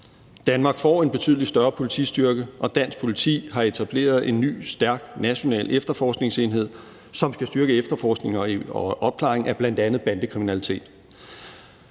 Danmark får en betydelig større politistyrke, og dansk politi har etableret en ny, stærk national efterforskningsenhed, som skal styrke efterforskning og opklaring af bl.a. bandekriminalitet.